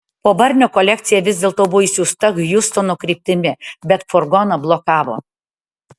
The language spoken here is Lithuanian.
po barnio kolekcija vis dėlto buvo išsiųsta hjustono kryptimi bet furgoną blokavo